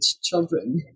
children